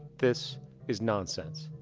this is nonsense.